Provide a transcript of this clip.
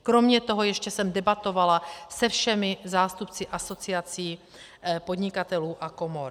Kromě toho jsem ještě debatovala se všemi zástupci asociací podnikatelů a komor.